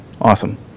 Awesome